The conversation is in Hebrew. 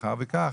מאחר וכך